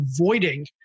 avoiding